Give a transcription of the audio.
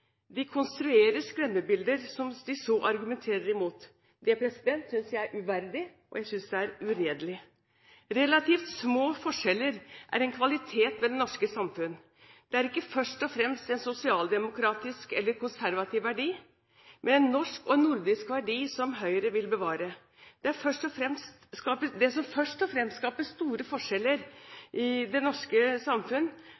de konstruerer skremmebilder som de så argumenterer imot. Det synes jeg er uverdig, og jeg synes det er uredelig. Relativt små forskjeller er en kvalitet ved det norske samfunnet. Det er ikke først og fremst en sosialdemokratisk eller en konservativ verdi, men en norsk og en nordisk verdi som Høyre vil bevare. Det som først og fremst skaper store